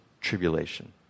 tribulation